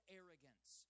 arrogance